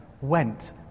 went